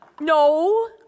No